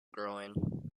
growing